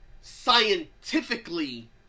scientifically